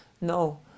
No